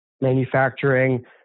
manufacturing